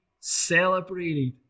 celebrated